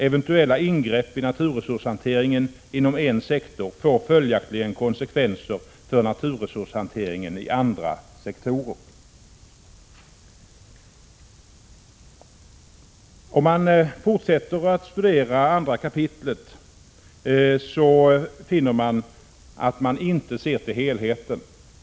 Eventuella ingrepp i naturresurshanteringen inom en sektor får följaktligen konsekvenser för naturresurshanteringen i andra sektorer.” : Om man fortsätter att studera andra kapitlet finner man att förslaget inte ser till helheten.